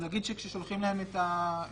נגיד שכאשר שולחים להם את האזהרה,